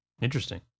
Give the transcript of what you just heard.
Interesting